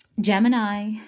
Gemini